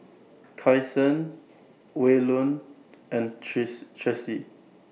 Kasen Waylon and tress Tressie